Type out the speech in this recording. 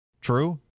True